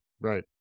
Right